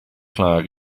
klaar